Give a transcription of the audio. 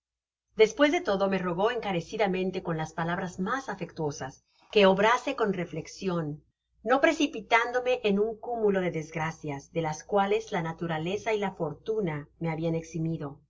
despues de todo me rogó encarecidamente con las palabras mas afectuosas que obrase con reflexion no precipitándome en un cúmulo de desgracias de las cuales la naturaleza y la fortuna me habian eximido